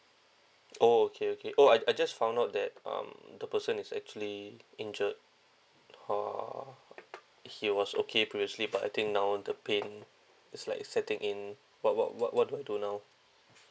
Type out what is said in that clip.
oh okay okay oh I I just found out that um the person is actually injured ah he was okay previously but I think now the pain it's like setting in what what what do I do now